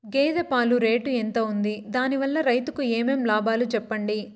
గేదె పాలు రేటు ఎంత వుంది? దాని వల్ల రైతుకు ఏమేం లాభాలు సెప్పండి?